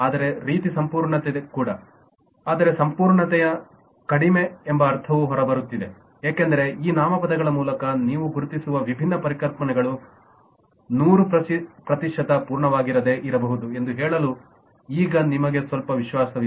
ಅದೇ ರೀತಿ ಸಂಪೂರ್ಣತೆ ಕೂಡ ಆದರೆ ಸಂಪೂರ್ಣತೆಯ ಕಡಿಮೆ ಎಂಬ ಅರ್ಥವು ಹೊರಬರುತ್ತಿದೆ ಏಕೆಂದರೆ ಈ ನಾಮಪದಗಳ ಮೂಲಕ ನೀವು ಗುರುತಿಸಿರುವ ವಿಭಿನ್ನ ಪರಿಕಲ್ಪನೆಗಳು 100 ಪ್ರತಿಶತ ಪೂರ್ಣವಾಗಿರದೆ ಇರಬಹುದು ಎಂದು ಹೇಳಲು ಈಗ ನಿಮಗೆ ಸ್ವಲ್ಪ ವಿಶ್ವಾಸವಿದೆ